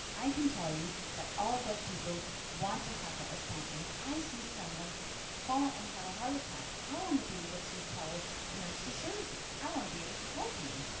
i can tell you that all deaf people want to have that responsibility. if i see someone fall and have a heart attack, i want to be able to call emergency services. i want to be able to help you.